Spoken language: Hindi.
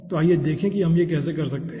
तो आइए देखें कि हम यह कैसे कर सकते हैं